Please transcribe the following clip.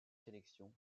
sélection